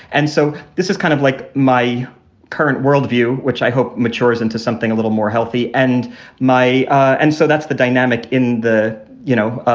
and so this is kind of like my current world view, which i hope matures into something a little more healthy. and my and so that's the dynamic in the you know,